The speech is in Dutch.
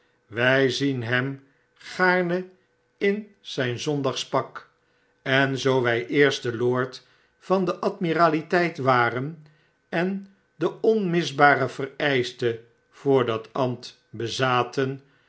wy zien hem gaarne in zijn zondagspak en zoo wy eerste lord van de admiraliteit waren en de onmisbara vereischte voor dat ambt bezaten